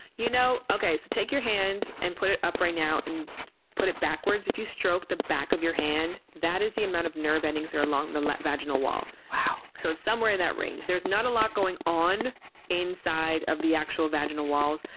you know, okay, so, take your hand and put it up right now and put it backwards. if you stroke the back of your hand, that is the amount of nerve endings that are along the vaginal wall. so, it's somewhere in that range. there's not a lot going on inside of the actual vaginal walls,